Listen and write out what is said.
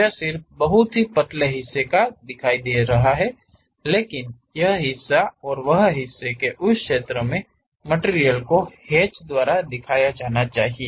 यह सिर्फ एक बहुत ही पतले हिस्से का दिखया जा रहा हैं लेकिन यह हिस्सा और वह हिस्सा के उस क्षेत्र मे मटिरियल को हैच द्वारा दिखाया जाना है